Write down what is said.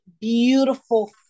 beautiful